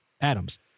Adams